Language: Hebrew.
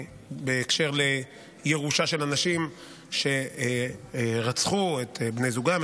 בהקשר של ירושה של אנשים שרצחו את בני זוגם,